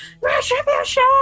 Retribution